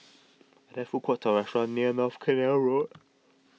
there food courts or restaurants near North Canal Road